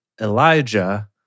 Elijah